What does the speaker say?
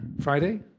Friday